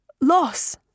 loss